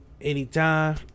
anytime